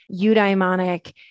eudaimonic